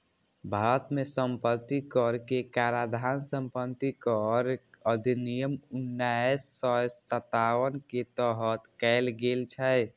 भारत मे संपत्ति कर के काराधान संपत्ति कर अधिनियम उन्नैस सय सत्तावन के तहत कैल गेल छै